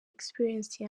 experience